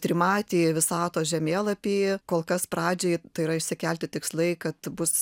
trimatį visatos žemėlapį kol kas pradžiai tai yra išsikelti tikslai kad bus